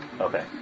Okay